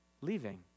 leaving